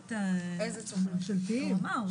השולחנות הממשלתיים.